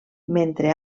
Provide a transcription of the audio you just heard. mentre